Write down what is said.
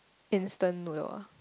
instant noodle